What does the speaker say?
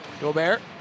Gobert